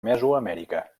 mesoamèrica